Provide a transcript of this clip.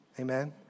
Amen